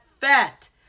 fat